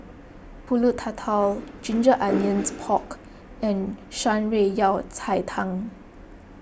Pulut Tatal Ginger Onions Pork and Shan Rui Yao Cai Tang